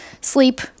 sleep